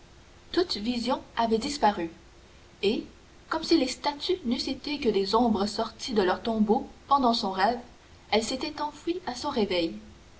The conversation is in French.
toute vision avait disparu et comme si les statues n'eussent été que des ombres sorties de leurs tombeaux pendant son rêve elles s'étaient enfuies à son réveil